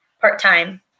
part-time